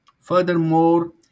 Furthermore